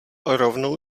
rovnou